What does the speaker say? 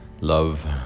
Love